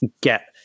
get